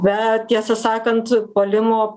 be tiesą sakant puolimo